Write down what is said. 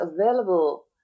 available